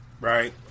right